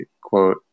quote